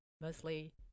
Mostly